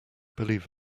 believe